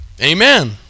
amen